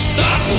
Stop